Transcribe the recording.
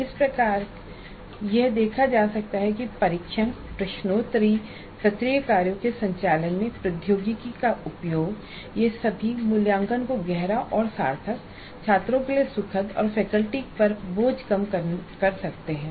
इस प्रकार यह देखा जा सकता है कि परीक्षण प्रश्नोत्तरी सत्रीय कार्यों के संचालन में प्रौद्योगिकी का उपयोग ये सभी मूल्यांकन को गहरा और सार्थक छात्रों के लिए सुखद और फैकल्टी पर बोझ को कम कर सकते हैं